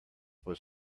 was